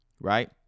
Right